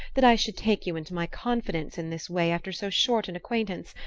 that i should take you into my confidence in this way after so short an acquaintance,